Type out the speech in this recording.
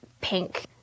pink